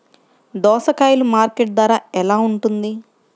దోసకాయలు మార్కెట్ ధర ఎలా ఉంటుంది?